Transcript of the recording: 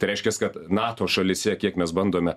tai reiškias kad nato šalyse kiek mes bandome